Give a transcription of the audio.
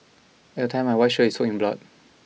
at the time my white shirt is soaked in blood